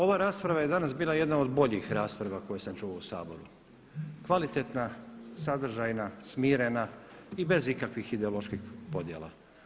Ova rasprava je danas bila jedna od boljih rasprava koje sam čuo u Saboru, kvalitetna, sadržajna, smirena i bez ikakvih ideoloških podjela.